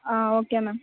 ಹಾಂ okay ma'am